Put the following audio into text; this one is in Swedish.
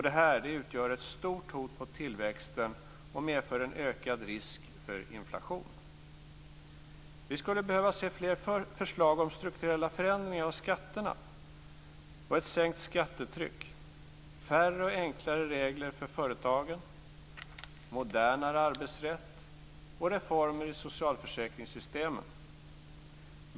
Detta utgör ett stort hot mot tillväxten och medför en ökad risk för inflation. Vi skulle behöva se fler förslag om strukturella förändringar av skatterna och ett sänkt skattetryck, färre och enklare regler för företagen, modernare arbetsrätt och reformer i socialförsäkringssystemen.